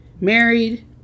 Married